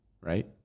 right